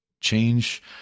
change